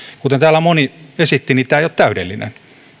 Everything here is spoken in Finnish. kuten täällä moni esitti tämä ei ole täydellinen